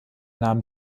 nahm